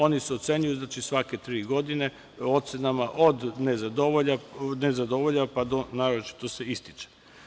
Oni se ocenjuju svake tri godine ocenama od „ne zadovoljava“, pa do „naročito se ističe“